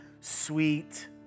sweet